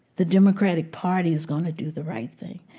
the democratic party is going to do the right thing.